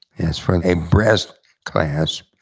as for a breast clasp,